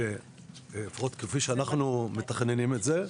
כפי שאנחנו מתכננים את זה.